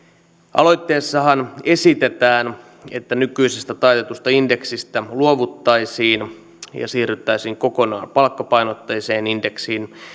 aloitteessahan esitetään että nykyisestä taitetusta indeksistä luovuttaisiin ja siirryttäisiin kokonaan palkkapainotteiseen indeksiin